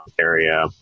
area